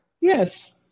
Yes